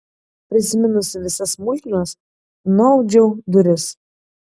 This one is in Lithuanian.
prisiminusi visas smulkmenas nuaudžiau duris